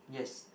yes